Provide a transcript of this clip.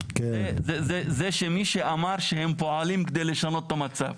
זה מי שאמר שהם פועלים כדי לשנות את המצב.